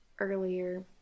earlier